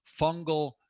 fungal